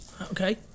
Okay